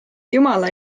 jumala